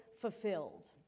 fulfilled